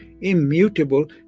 immutable